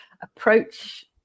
approach